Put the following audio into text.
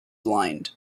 blind